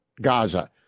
Gaza